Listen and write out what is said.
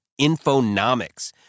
Infonomics